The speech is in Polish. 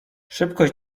szybkość